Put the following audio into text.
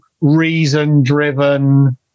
reason-driven